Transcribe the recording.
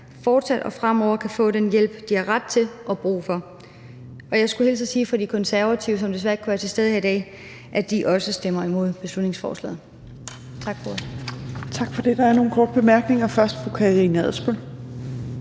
fortsat og fremover kan få den hjælp, de har ret til og brug for. Jeg skulle hilse at sige fra De Konservative, som desværre ikke kunne være til stede her i dag, at de også stemmer imod beslutningsforslaget. Tak for ordet. Kl. 17:34 Fjerde næstformand